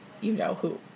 you-know-who